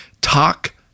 talk